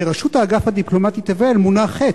לראשות האגף הדיפלומטי 'תבל' מונה ח',